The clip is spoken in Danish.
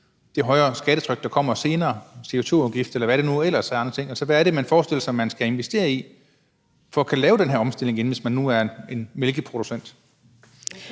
det højere skattetryk, der kommer senere, CO2-afgift, eller hvad det nu ellers er af andre ting? Hvad er det, man forestiller sig man skal investere i for at kunne lave den her omstilling inden, hvis man nu er en mælkeproducent?